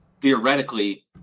theoretically